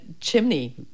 chimney